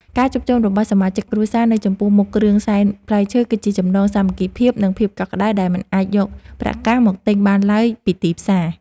ការជួបជុំគ្នារបស់សមាជិកគ្រួសារនៅចំពោះមុខគ្រឿងសែនផ្លែឈើគឺជាចំណងសាមគ្គីភាព និង ភាពកក់ក្តៅដែលមិនអាចយកប្រាក់កាសមកទិញបានឡើយពីទីផ្សារ។